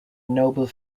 noble